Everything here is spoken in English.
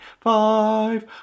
five